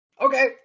Okay